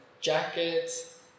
jackets